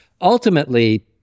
ultimately